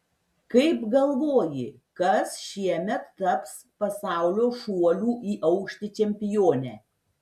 kaip galvoji kas šiemet taps pasaulio šuolių į aukštį čempione